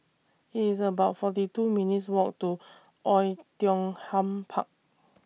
IT IS about forty two minutes' Walk to Oei Tiong Ham Park